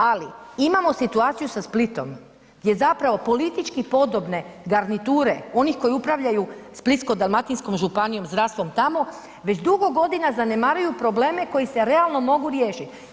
Ali, imamo situaciju sa Splitom, gdje zapravo politički podobne garniture onih koji upravljaju Splitsko-dalmatinskom županijom, zdravstvom tamo već dugo godina zanemaruju probleme koji se realno mogu riješiti.